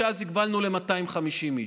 שאז הגבלנו ל-250 איש.